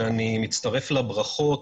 אני מצטרף לברכות,